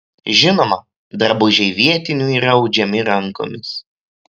žinoma drabužiai vietinių yra audžiami rankomis